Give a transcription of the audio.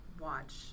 watch